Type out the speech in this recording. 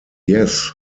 yes